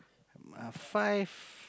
uh five